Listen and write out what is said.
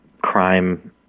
crime